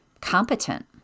competent